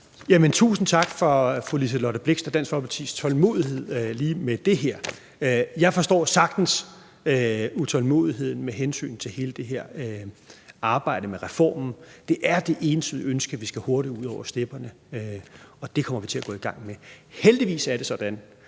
Tusind tak for fru Liselott Blixts og Dansk Folkepartis tålmodighed lige med det her. Jeg forstår sagtens utålmodigheden med hensyn til hele det her arbejde med reformen. Det er det entydige ønske, at vi skal hurtigt ud over stepperne, og det kommer vi til at gå i gang med. Heldigvis er det sådan,